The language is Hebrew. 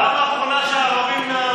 בפעם האחרונה שהערבים נהרו,